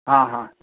हा हा